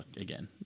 again